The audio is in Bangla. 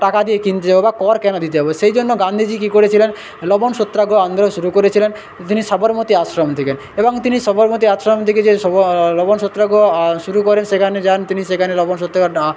টাকা দিয়ে কিনতে যাবো বা কর কেন দিতে যাবো সেই জন্য গান্ধীজি কী করেছিলেন লবণ সত্যাগ্রহ আন্দোলন শুরু করেছিলেন তিনি সবরমতী আশ্রম থেকে এবং তিনি সবরমতী আশ্রম থেকে যে সবর লবণ সত্যাগ্রহ শুরু করেন সেখান যান তিনি সেখানে লবণ সত্যাগ্রহ ডা